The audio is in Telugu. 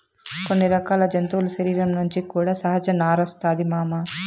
కొన్ని రకాల జంతువుల శరీరం నుంచి కూడా సహజ నారొస్తాది మామ